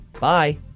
Bye